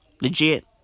Legit